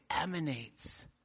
emanates